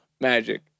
magic